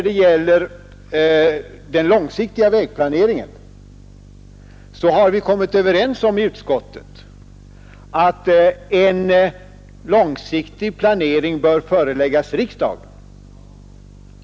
Beträffande den långsiktiga vägplaneringen har vi i utskottet kommit överens om att en långsiktig planering bör föreläggas riksdagen.